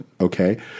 Okay